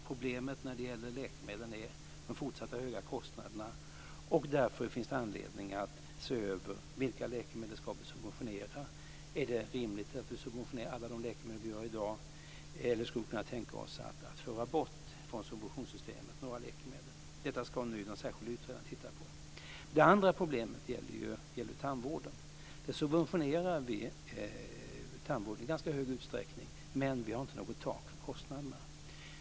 Problemet när det gäller läkemedlen är de fortsatt höga kostnaderna. Därför finns det anledning att se över vilka läkemedel vi ska subventionera. Är det rimligt att vi subventionerar alla de läkemedel vi subventionerar i dag, eller skulle vi kunna tänka oss att föra bort några läkemedel från subventionssystemet? Detta ska nu de särskilda utredarna titta på. Det andra problemet gäller tandvården. Vi subventionerar tandvården i ganska hög utsträckning, men vi har inte något tak för kostnaderna.